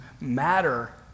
matter